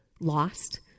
lost